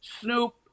Snoop